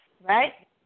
Right